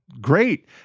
Great